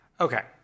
Okay